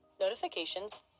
notifications